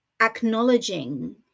acknowledging